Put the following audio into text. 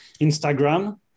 Instagram